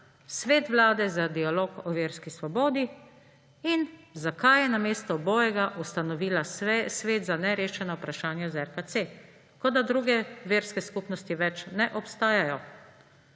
Svet Vlade za dialog o verski svobodi. In zakaj je namesto obojega ustanovila Svet za nerešena vprašanja z RKC. Kot da druge verske skupnosti več ne obstajajo.